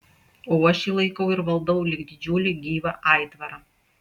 o aš jį laikau ir valdau lyg didžiulį gyvą aitvarą